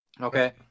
Okay